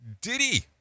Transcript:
Diddy